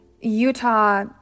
Utah